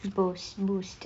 boost boost